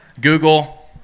Google